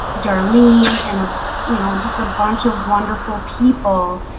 darlene and a you know, just a bunch of wonderful people